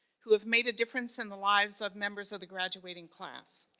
who have made a difference in the lives of members of the graduating class.